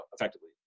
effectively